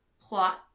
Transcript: plot